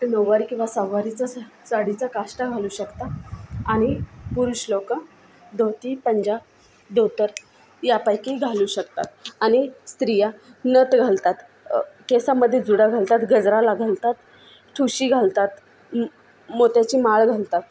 नऊवारी किंवा सहावारीचा स साडीचा काष्टा घालू शकता आणि पुरुष लोकं धोती पंजा धोतर यापैकी घालू शकतात आणि स्त्रिया नथ घालतात केसामध्ये जुडा घालतात गजराला घालतात ठुशी घालतात म मोत्याची माळ घालतात